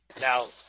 Now